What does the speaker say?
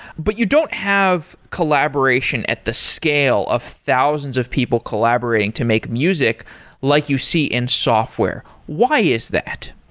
but you don't have collaboration at the scale of thousands of people collaborating to make music like you see in software. why is that?